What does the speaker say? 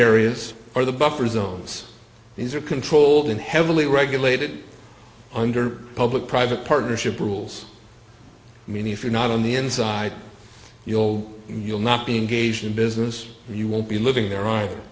areas are the buffer zones these are controlled and heavily regulated under public private partnership rules i mean if you're not on the inside you know you'll not being gauged in business and you won't be living there either